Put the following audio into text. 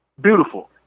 Beautiful